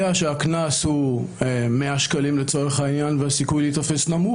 שהקנס הוא 100 שקלים לצורך העניין והסיכוי להיתפס נמוך,